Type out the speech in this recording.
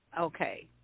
Okay